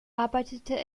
arbeitete